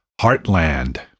Heartland